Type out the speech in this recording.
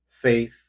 Faith